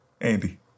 Andy